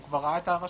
הוא כבר ראה את הרשם.